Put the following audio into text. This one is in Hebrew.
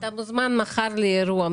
אתה מוזמן מחר לאירוע.